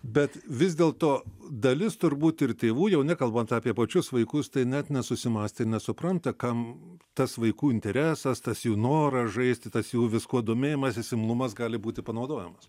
bet vis dėl to dalis turbūt ir tėvų jau nekalbant apie pačius vaikus tai net nesusimąstė nesupranta kam tas vaikų interesas tas jų noras žaisti tas jų viskuo domėjimasis imlumas gali būti panaudojamas